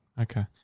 Okay